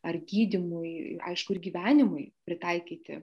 ar gydymui aišku ir gyvenimui pritaikyti